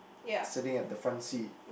siting at the front seat